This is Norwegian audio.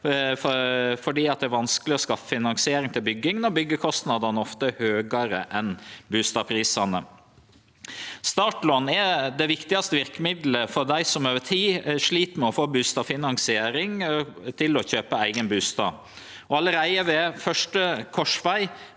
fordi det er vanskeleg å skaffe finansiering til bygging og byggjekostnadene ofte er høgare enn bustadprisane. Startlån er det viktigaste verkemiddelet for dei som over tid slit med å få bustadfinansiering til å kjøpe eigen bustad. Allereie ved fyrste korsveg